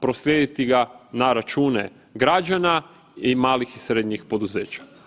proslijediti ga na račune građana i malih i srednjih poduzeća.